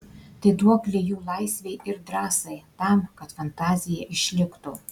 tai duoklė jų laisvei ir drąsai tam kad fantazija išliktų